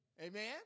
Amen